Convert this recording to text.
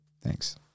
thanks